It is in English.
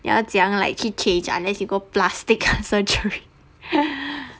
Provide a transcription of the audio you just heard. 你要怎样 like 去 change unless you go plastic surgery